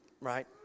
Right